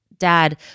dad